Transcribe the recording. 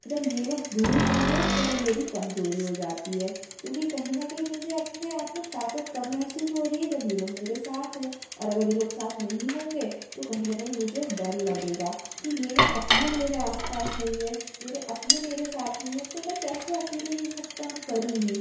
ये लोग दूर होंगे तो वो मेरी कमज़ोरी हो जाती है क्योंकि कहीं ना कहीं मुझे अपने आप में ताक़त कब महसूस हो रही है जब ये लोग मेरे साथ हैं और अगर ये लोग साथ नहीं होंगे तो कहीं ना कहीं मुझे डर लगेगा कि मेरे अपने मेरे आस पास नहीं है मेरे अपने मेरे साथ नहीं है तो मैं कैसे अकेले ये सब काम करूँगी